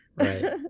Right